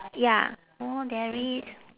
ya orh there is